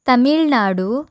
Tamil Nadu